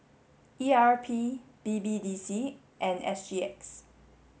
E R P B B D C and S G X